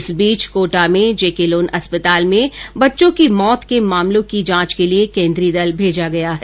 इस बीच कोटा में जे के लोन अस्पताल में बच्चों की मौत के मामलों की जांच के लिए केन्द्रीय दल भेजा गया है